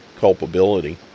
culpability